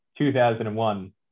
2001